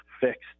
fixed